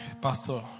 Pastor